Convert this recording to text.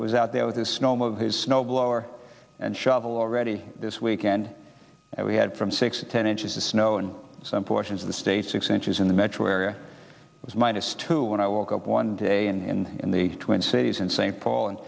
was out there with his snowmobile his snow blower and shovel ready this weekend and we had from six to ten inches of snow in some portions of the state six inches in the metro area was minus two when i woke up one day in in the twin cities in st paul and